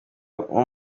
nko